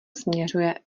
směřuje